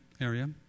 area